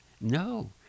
No